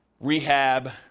rehab